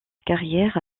carrière